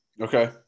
Okay